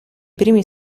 primi